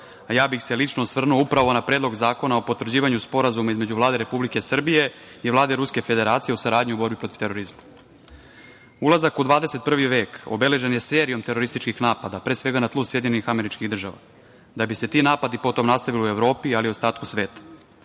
a lično bih se osvrnuo upravo na Predlog zakona o potvrđivanju Sporazuma između Vlade Republike Srbije i Vlade Ruske Federacije o saradnji u borbi protiv terorizma. Ulazak u XXI vek obeležen je serijom terorističkih napada, pre svega na tlu SAD-a, da bi se ti napadi potom nastavili u Evropi, ali i u ostatku sveta. Kao